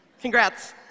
Congrats